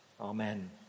Amen